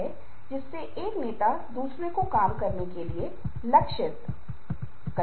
स्तंभ एक सुरक्षा के रूप में कार्य करता है घुटनों आस पास हैं पैर मुड़ा हुआ है जो उसे हमला करने वाला लगता है